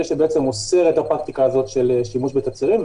שבעצם אוסר את הפרקטיקה הזאת של שימוש בתצהירים.